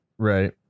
Right